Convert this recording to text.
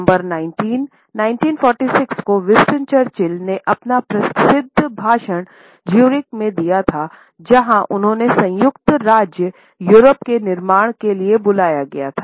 सितंबर 191946 को Winston Churchill ने अपना प्रसिद्ध भाषण ज्यूरिख में दिया था और जहां उन्हें संयुक्त राज्य यूरोप के निर्माण के लिए बुलाया गया था